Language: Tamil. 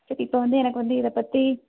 சரி இப்போ வந்து எனக்கு வந்து இதை பற்றி